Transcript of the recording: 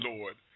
Lord